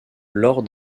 lors